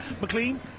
McLean